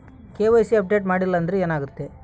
KYC update ಮಾಡಿಲ್ಲ ಅಂದ್ರೆ ಏನಾಗುತ್ತೆ?